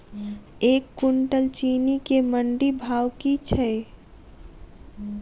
एक कुनटल चीनी केँ मंडी भाउ की छै?